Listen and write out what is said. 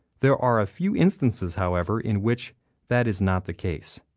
there are a few instances however in which that is not the case.